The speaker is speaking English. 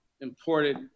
imported